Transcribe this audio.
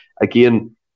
again